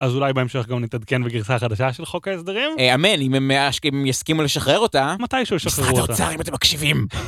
אז אולי בהמשך גם נתעדכן בגרסה החדשה של חוק ההסדרים? אמן, אם הם יסכימו לשחרר אותה... מתישהו ישחררו אותה. משרד האוצר, אם אתם מקשיבים.